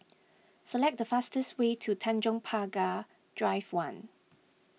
select the fastest way to Tanjong Pagar Drive one